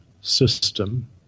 system